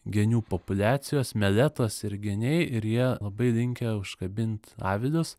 genių populiacijos meletos ir geniai ir jie labai linkę užkabint avilius